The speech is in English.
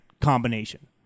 combination